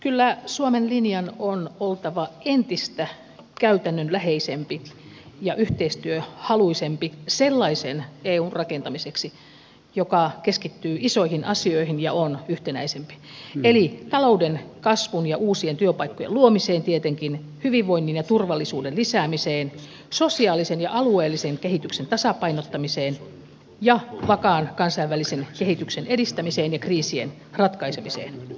kyllä suomen linjan on oltava entistä käytännönläheisempi ja yhteistyöhaluisempi sellaisen eun rakentamiseksi joka on yhtenäisempi ja keskittyy isoihin asioihin eli talouden kasvun ja uusien työpaikkojen luomiseen tietenkin hyvinvoinnin ja turvallisuuden lisäämiseen sosiaalisen ja alueellisen kehityksen tasapainottamiseen ja vakaan kansainvälisen kehityksen edistämiseen ja kriisien ratkaisemiseen